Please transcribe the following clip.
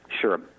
Sure